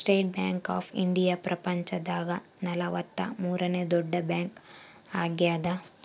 state Bank of India ಪ್ರಪಂಚ ದಾಗ ನಲವತ್ತ ಮೂರನೆ ದೊಡ್ಡ ಬ್ಯಾಂಕ್ ಆಗ್ಯಾದ